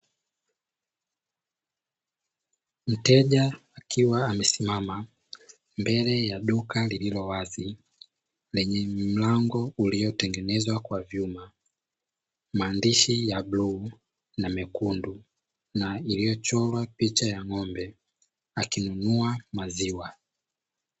Mteja akiwa amesimama mbele ya duka lililo wazi lenye mlango uliotengenezwa kwa vyuma, maandishi ya bluu na mekundu iliyochorwa picha ya ng’ombe akinunua maziwa.